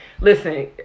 Listen